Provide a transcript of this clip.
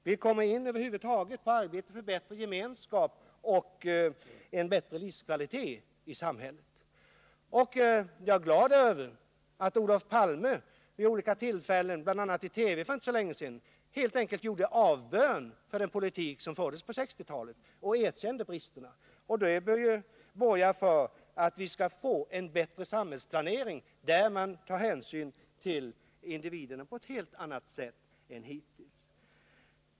Vi kommer över huvud taget in på arbetet för bättre gemenskap och en bättre Om åtgärder mot livskvalitet i samhället. Jag är glad för att Olof Palme vid olika tillfällen, bl.a. missbruk av alkoi TV för inte så länge sedan, helt enkelt gjorde avbön för den politik som kol fördes på 1960-talet och erkände bristerna. Det bör ju borga för att vi skall få en bättre samhällsplanering där man tar hänsyn till individerna på ett helt annat sätt än hittills.